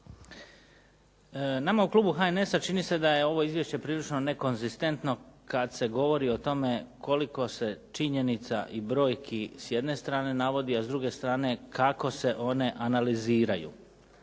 Nama u klubu HNS-a čini se da je ovo izvješće prilično nekonzistentno kad se govori o tome koliko se činjenica i brojki s jedne strane navodi a s druge strane kako se one analiziraju.